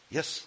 Yes